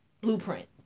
blueprint